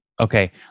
Okay